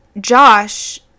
Josh